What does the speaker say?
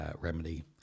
Remedy